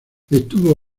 estuvo